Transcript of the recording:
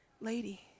lady